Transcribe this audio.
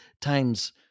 times